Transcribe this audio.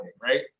right